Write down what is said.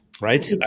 right